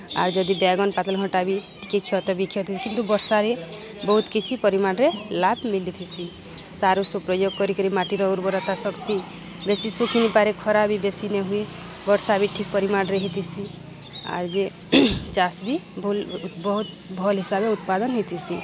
ଆର୍ ଯଦି ବାଏଗନ୍ ପାତଲ୍ଘଣ୍ଟା ବି ଟିକେ କ୍ଷତ ବିକ୍ଷତ କିନ୍ତୁ ବର୍ଷାରେ ବହୁତ୍ କିଛି ପରିମାଣ୍ରେ ଲାଭ୍ ମିଲିଥିସି ସାର୍ ଉଷୋ ପ୍ରୟୋଗ୍ କରିକରି ମାଟିର ଉର୍ବରତା ଶକ୍ତି ବେଶୀ ଶୁଖିନିପାରେ ଖରା ବି ବେଶୀ ନି ହୁଏ ବର୍ଷା ବି ଠିକ୍ ପରିମାଣ୍ରେ ହେଇଥିସି ଆର୍ ଯେ ଚାଷ୍ ବି ଭଲ୍ ବହୁତ୍ ଭଲ୍ ହିସାବେ ଉତ୍ପାଦନ୍ ହେଇଥିସି